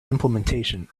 implementation